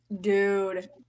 Dude